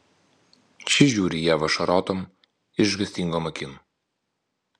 ši žiūri į ievą ašarotom išgąstingom akim